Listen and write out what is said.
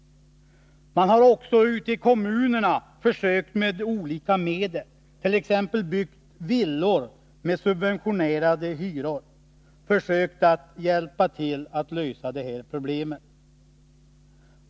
Man har ute i kommunerna försökt med olika medel. Man hart.ex. byggt villor med subventionerade hyror och försökt hjälpa till att lösa de här problemen.